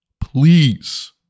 please